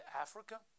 Africa